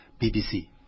BBC